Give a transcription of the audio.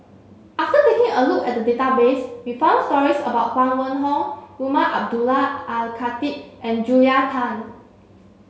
after taking a look at the database we found stories about Huang Wenhong Umar Abdullah Al Khatib and Julia Tan